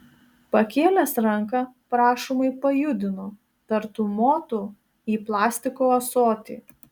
pakėlęs ranką prašomai pajudino tartum motų į plastiko ąsotį